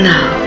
Now